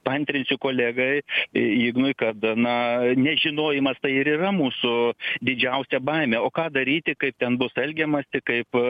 paantrinsiu kolegai ignui kad na nežinojimas tai ir yra mūsų didžiausia baimė o ką daryti kaip ten bus elgiamasi kaip